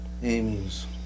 Amy's